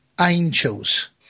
angels